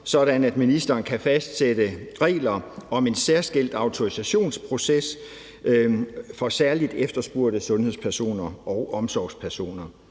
at ministeren kan fastsætte regler om en særskilt autorisationsproces for særligt efterspurgte sundhedspersoner og omsorgspersoner.